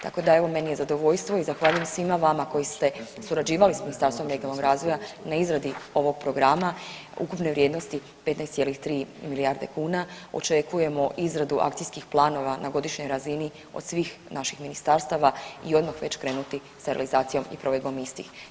Tako da evo meni je zadovoljstvo i zahvaljujem svima vama koji ste surađivali sa Ministarstvom regionalnog razvoja na izradi ovog programa ukupne vrijednosti 15,3 milijarde kuna očekujemo izradu akcijskih planova na godišnjoj razini od svih naših ministarstava i odmah već krenuti sa realizacijom i provedbom istih.